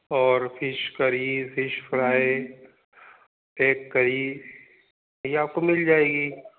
और fish curry fish fry egg curry ये आपको मिल जाएगी